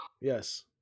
yes